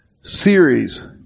series